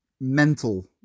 mental